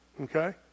Okay